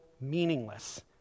meaningless